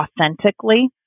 authentically